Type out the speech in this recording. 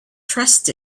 trust